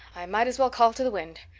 i might as well call to the wind.